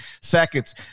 seconds